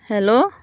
hello